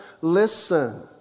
listen